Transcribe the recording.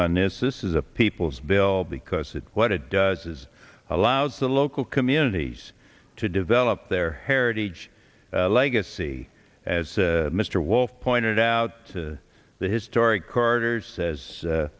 on this this is the people's bill because it's what it does is allows the local communities to develop their heritage legacy as mr wolfe pointed out the historic carter says